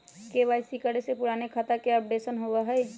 KYC करें से पुराने खाता के अपडेशन होवेई?